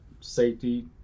safety